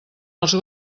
els